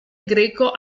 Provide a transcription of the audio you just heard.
greco